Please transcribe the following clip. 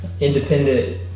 independent